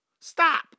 Stop